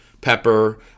pepper